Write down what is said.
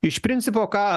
iš principo ką